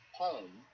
home